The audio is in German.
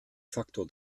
faktor